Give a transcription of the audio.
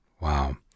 wow